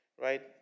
right